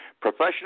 Professional